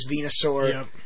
Venusaur